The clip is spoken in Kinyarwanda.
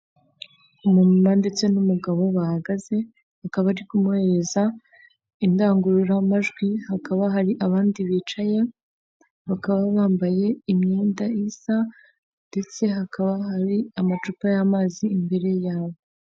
Umumama ndetse n'umugabo bahagaze bakaba barikumuhereza indangururamajwi, hakaba hari abandi bicaye bakaba bambaye imyenda isa ndetse hakaba hari amacupa y'amazi imbere yabo.